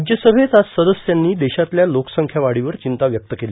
राज्यसमेत आज सदस्यांनी देशातल्या लोकसंख्या वाढीवर चिंता व्यक्त केली